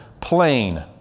plain